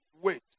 wait